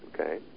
Okay